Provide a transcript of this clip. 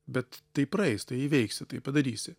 bet tai praeis tai įveiksi tai padarysi